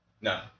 No